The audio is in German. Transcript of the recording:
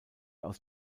aus